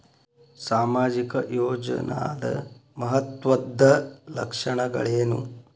ಸಾಮಾಜಿಕ ಯೋಜನಾದ ಮಹತ್ವದ್ದ ಲಕ್ಷಣಗಳೇನು?